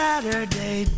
Saturday